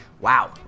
Wow